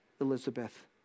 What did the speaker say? Elizabeth